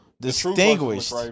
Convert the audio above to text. distinguished